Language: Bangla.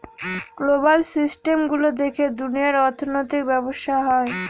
গ্লোবাল সিস্টেম গুলো দেখে দুনিয়ার অর্থনৈতিক ব্যবসা হয়